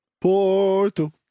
Porto